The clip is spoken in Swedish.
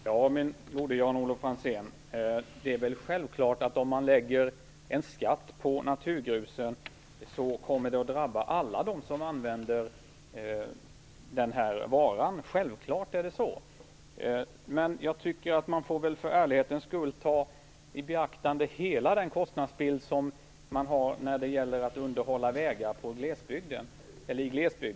Herr talman! Det är väl självklart, min gode Jan Olof Franzén, att om man lägger en skatt på naturgrus drabbar det alla som använder denna vara. Självklart är det så! För ärlighetens skull tycker jag dock att man måste ta hela kostnadsbilden i beaktande när det gäller att underhålla vägar i glesbygden.